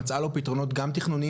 מצאה לו פתרונות גם תכנוניים,